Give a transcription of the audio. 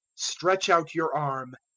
stretch out your arm.